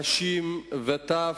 נשים וטף,